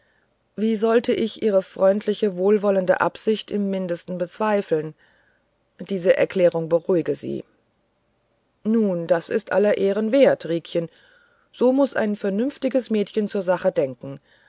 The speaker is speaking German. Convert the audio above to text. wie sollte ich ihre freundliche wohlwollende absicht im mindesten bezweifeln diese erklärung beruhige sie nun das ist aller ehren wert riekchen so muß ein vernünftiges mädchen zur sache denken